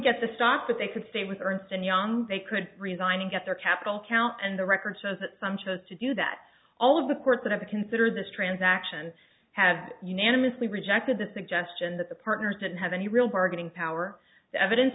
get the stock that they could say with ernst and young they could resign and get their capital count and the record says that some chose to do that all of the courts that have considered this transaction had unanimously rejected the suggestion that the partners didn't have any real bargaining power the evidence